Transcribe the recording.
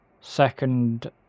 Second